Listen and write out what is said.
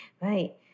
Right